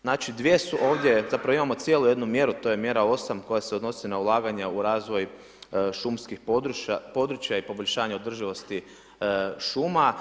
Znači 2 su ovdje, zapravo imamo cijelu jednu mjeru, to je mjera 8 koja se odnosi na ulaganje razvoj šumskih područja i poboljšanje održivosti šuma.